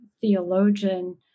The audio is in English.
theologian